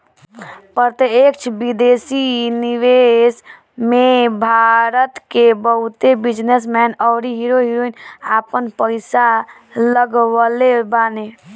प्रत्यक्ष विदेशी निवेश में भारत के बहुते बिजनेस मैन अउरी हीरो हीरोइन आपन पईसा लगवले बाने